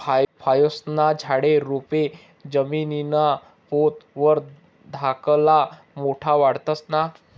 फयेस्ना झाडे, रोपे जमीनना पोत वर धाकला मोठा वाढतंस ना?